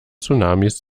tsunamis